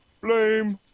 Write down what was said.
blame